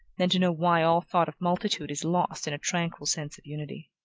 than to know why all thought of multitude is lost in a tranquil sense of unity.